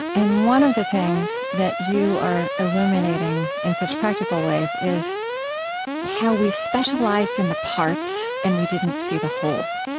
and one of the things that you are illuminating in such practical ways is how we specialized in the parts and we didn't see the whole.